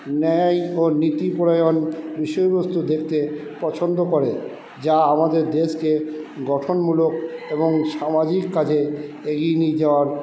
ন্যায় ও নীতি প্রণয়ন পছন্দ করে যা আমাদের দেশকে গঠনমূলক এবং সামাজিক কাজে এগিয়ে নিয়ে যাওয়ার